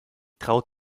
traut